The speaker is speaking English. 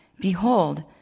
Behold